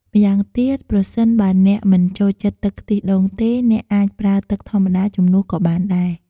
ម្យ៉ាងទៀត ប្រសិនបើអ្នកមិនចូលចិត្តទឹកខ្ទិះដូងទេ អ្នកអាចប្រើទឹកធម្មតាជំនួសក៏បានដែរ។